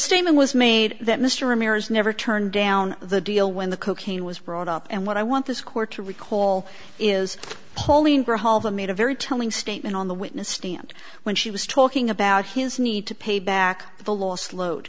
statement was made that mr ramirez never turned down the deal when the cocaine was brought up and what i want this court to recall is pauline group all the made a very telling statement on the witness stand when she was talking about his need to pay back the last load